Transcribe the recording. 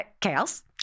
Chaos